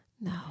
no